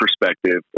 perspective